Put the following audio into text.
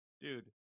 Dude